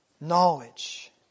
Knowledge